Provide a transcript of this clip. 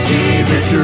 Jesus